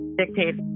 dictate